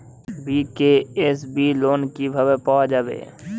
BKSB loan কিভাবে পাওয়া যাবে?